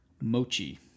Mochi